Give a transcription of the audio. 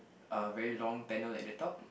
a very long panel at the top